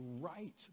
right